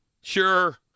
Sure